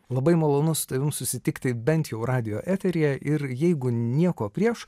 labai malonu su tavim susitikti bent jau radijo eteryje ir jeigu nieko prieš